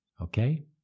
Okay